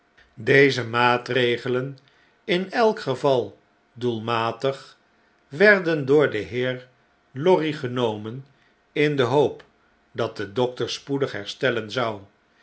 deze maatregelen in elk geval doelmatig werden door den heer lorry genomen in de hoop dat de dokter spoedig herstellen zou